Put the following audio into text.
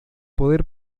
poder